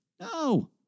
No